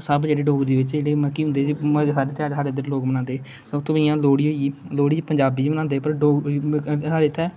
सब जेहडे़ डोगरी बिच गै मतलब कि मते सारे त्योहार साढ़े जेहडे़ लोग मनांदे जियां लोहड़ी होई गेई लोहड़ी पंजावी च मनांदे पर डोगरी च साढ़े इत्थै